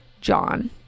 John